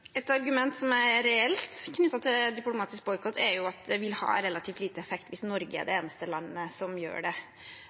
Et argument som reelt er knyttet til diplomatisk boikott, er at det vil ha relativt lite effekt hvis Norge er det eneste landet som gjør det.